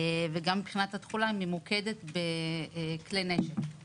וגם מבחינת התכולה היא ממוקדת בכלי נשק.